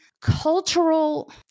cultural